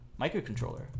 microcontroller